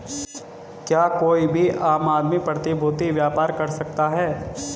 क्या कोई भी आम आदमी प्रतिभूती व्यापार कर सकता है?